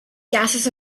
gases